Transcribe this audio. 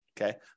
Okay